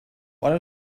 one